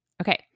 Okay